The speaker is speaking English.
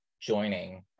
joining